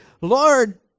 lord